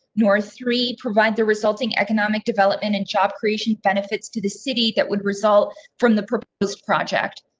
nor three provide the resulting economic development and job creation benefits to the city. that would result from the proposed project.